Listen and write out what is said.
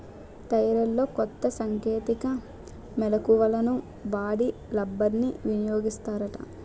టైర్లలో కొత్త సాంకేతిక మెలకువలను వాడి రబ్బర్ని వినియోగిస్తారట